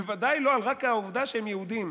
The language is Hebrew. בוודאי לא על רקע העובדה שהם יהודים.